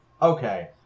Okay